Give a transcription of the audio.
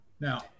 Now